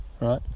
Right